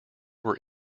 were